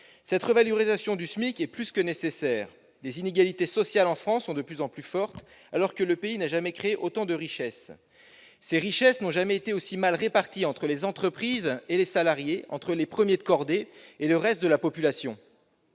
Cette revalorisation du SMIC est plus que nécessaire. Les inégalités sociales en France sont de plus en plus fortes, alors que le pays n'a jamais créé autant de richesses. Ces richesses n'ont jamais été aussi mal réparties entre les entreprises et les salariés, entre les « premiers de cordée » et le reste de la population.